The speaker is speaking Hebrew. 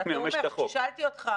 מממש את החוק.